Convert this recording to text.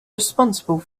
responsible